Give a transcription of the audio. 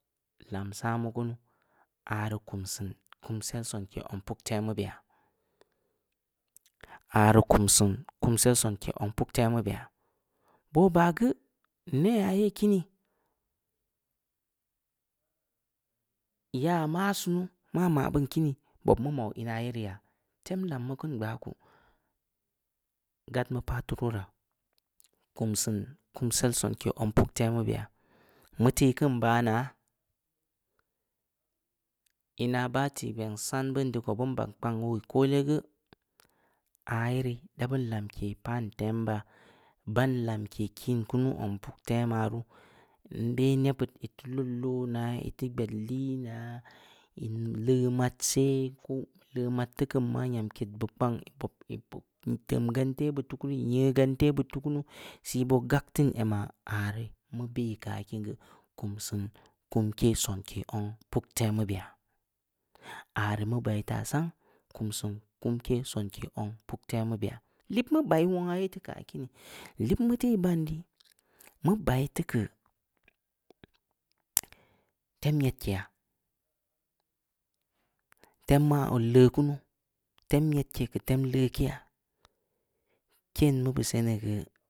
Lam saah mu kunu, aari kumsiin kumsel sonke zong puktemu beya- aari kumsiin kumsel sonke zong puktemu beya, boo baah geu, neyha ye kini, yaa maah sunu, maah ma beun kini. bob mu mau ina ye rii yaa, tem lammu keun gbaku, gad mu paah teu turu wora, kum siin kumsel sonke zong puk temu beya. Mu tii keun baah naa, ina bah tikpeng san beun ko beun bagn kpang oo koole geu, aah yeri da bun lamke paan tem ba, ban lamke kin kunu zong puk tema ruu, nbe nebbud ii teu lod loona, ii teu gbed liinaa, ii leu mad seh, ko ii leu mad teu keun ma, nyam ked beu kpank ii bob-bob ii teum ganteh bud teu kunu, ii nyeuo ganteh bud teu kunu, sii boo gag teun emah, aah rii mu bei keu aah kin geu, kum siin kumsel sonke zong puktemu beya, aah rii mu bai ta sang,, kum siin kumsel sonke zong puktemu beya, lib mu bai wongha aah ye teu keu aah kini, lib mu teui ban deu, mu bai teu keu, tem nyedkeya, temm ah oo leu kunu, tem nyedke keu tem leukeya, ken mu beu seni geu.